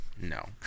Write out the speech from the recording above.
No